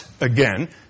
again